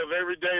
everyday